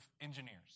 engineers